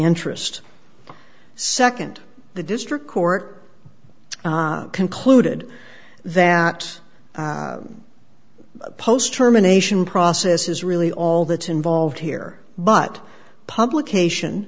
interest second the district court concluded that post terminations process is really all that involved here but publication